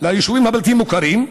ליישובים הבלתי-מוכרים,